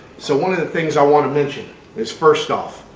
so, one of the things i want to mention is. first off,